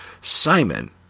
Simon